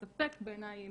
ספק בעיניי אם